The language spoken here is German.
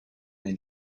den